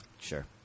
Sure